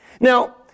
Now